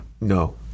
No